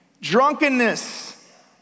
drunkenness